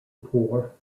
poor